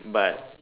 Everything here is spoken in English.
but